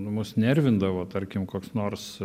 nu mus nervindavo tarkim koks nors